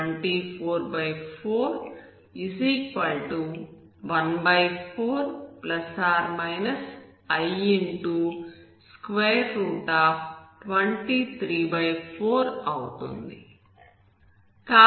దీని నుండి λ1±1 24414i234 అవుతుంది